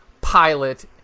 pilot